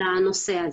בנושא הזה,